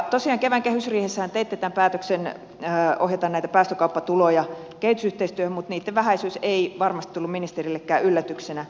tosiaan kevään kehysriihessähän teitte tämän päätöksen ohjata näitä päästökauppatuloja kehitysyhteistyöhön mutta niitten vähäisyys ei varmasti tullut ministerillekään yllätyksenä